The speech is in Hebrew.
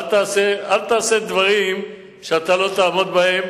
אל תעשה דברים שלא תעמוד בהם.